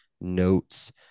notes